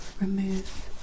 remove